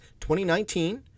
2019